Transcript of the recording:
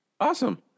Awesome